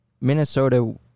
Minnesota